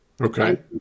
Okay